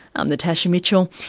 i'm natasha mitchell,